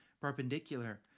perpendicular